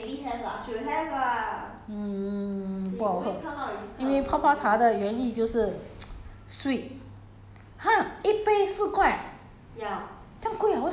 泡泡茶有中都 !huh! 现在有这种的 ah mm 不好喝因为泡泡茶的原意就是 sweet